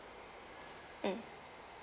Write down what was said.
mm